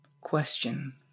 question